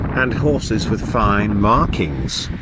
and horses with fine markings,